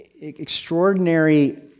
extraordinary